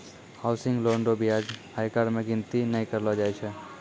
housing loan रो ब्याज आयकर मे गिनती नै करलो जाय छै